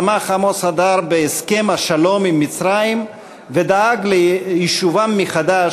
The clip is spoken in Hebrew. תמך עמוס הדר בהסכם השלום עם מצרים ודאג ליישובם מחדש